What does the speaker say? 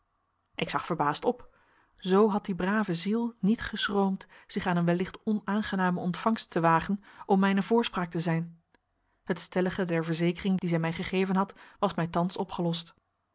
ik zag verbaasd op zoo had die brave ziel niet geschroomd zich aan een wellicht onaangename ontvangst te wagen om mijne voorspraak te zijn het stellige der verzekering die zij mij gegeven had was mij thans opgelost